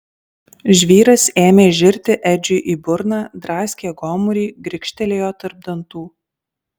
žvyras ėmė žirti edžiui į burną draskė gomurį grikštelėjo tarp dantų